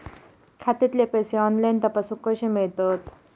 खात्यातले पैसे ऑनलाइन तपासुक कशे मेलतत?